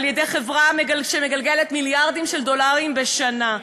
על-ידי חברה שמגלגלת מיליארדים של דולרים בשנה.